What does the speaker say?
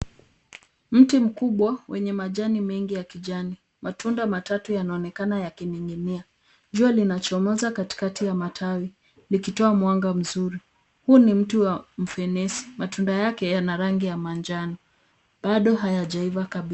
Mti kubwa weny majani ya kijani, matunda matatu yanaonekana yakininginia. Jua linachomoza katikati ya matawi ikitoa manga mzuri. Hii ni mti wa mfenesi, matunda yake ina rangi ya manjano bado hayajaiva vizuri.